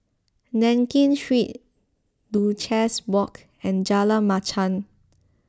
Nankin Street Duchess Walk and Jalan Machang